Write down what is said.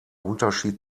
unterschied